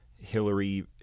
Hillary